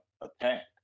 attack